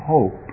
Hope